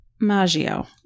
Maggio